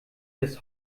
des